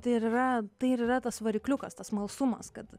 ir yra yra tas varikliukas tas smalsumas kad